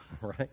right